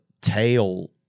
tail